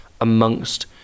amongst